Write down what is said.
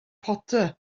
potter